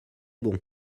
bon